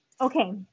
okay